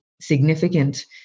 Significant